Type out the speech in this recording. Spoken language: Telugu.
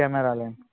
కెమెరాలు